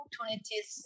opportunities